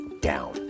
down